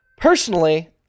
Personally